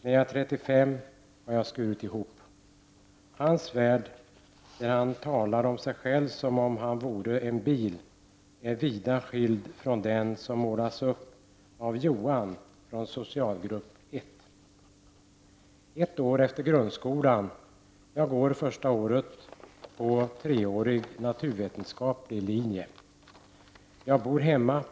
När jag är 35 år har jag skurit ihop.” Hans värld — där han talar om sig själv som om han vore en bil — är vida skild från den som målas upp av Johan från socialgrupp ett: ”Ett år efter grundskolan. Jag går första året på 3-årig naturvetenskaplig linje. Jag bor hemma.